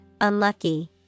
Unlucky